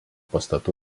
pastatų